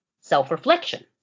self-reflection